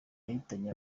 yahitanye